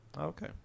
Okay